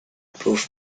proof